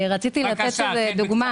רציתי לתת דוגמה.